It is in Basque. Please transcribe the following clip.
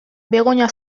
begoña